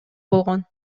болгон